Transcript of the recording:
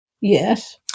Yes